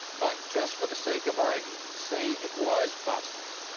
but just for the sake of argument say it was possible.